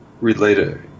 related